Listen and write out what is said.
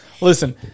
Listen